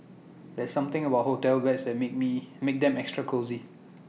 there's something about hotel beds that make me makes them extra cosy